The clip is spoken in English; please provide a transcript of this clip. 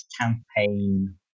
campaign